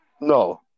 No